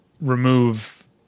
remove